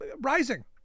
rising